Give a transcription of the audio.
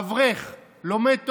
אברך, לומד תורה,